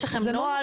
יש לכם נוהל.